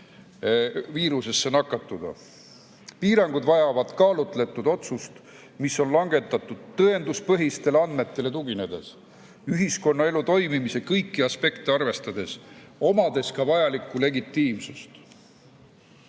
viirusega nakatuda. Piirangud vajavad kaalutletud otsust, mis on langetatud tõenduspõhistele andmetele tuginedes ja ühiskonnaelu toimimise kõiki aspekte arvestades, omades ka vajalikku legitiimsust.